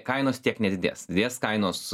kainos tiek nedidės didės kainos